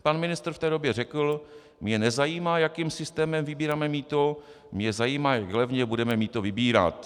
Pan ministr v té době řekl: Mě nezajímá, jakým systémem vybíráme mýto, mě zajímá, jak levně budeme mýto vybírat.